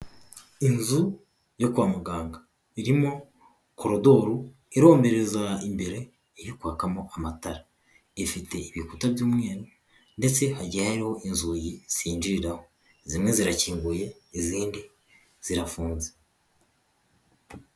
Inzu yo kwa muganga, irimo korodoro iromberereza imbere, iri kwakamo amatara ifite ibikuta by'umweru, ndetse hagiye hariho inzugi zinjiriramo zimwe zirakinguye izindi zirafunze.